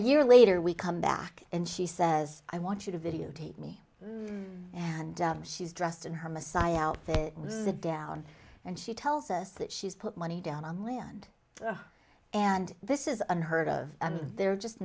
year later we come back and she says i want you to videotape me and she's dressed in her messiah outfit with the down and she tells us that she's put money down on land and this is unheard of and they're just